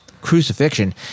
crucifixion